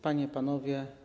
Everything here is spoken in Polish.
Panie i Panowie!